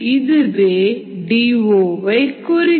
இதுவே டி ஓவை குறிக்கும்